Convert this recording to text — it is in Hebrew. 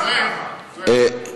יש כאן דיון אחר.